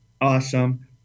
Awesome